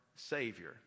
savior